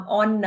on